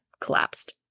collapsed